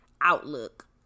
outlook